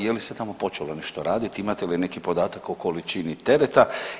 Je li se tamo počelo nešto raditi, imate li neki podatak o količini tereta?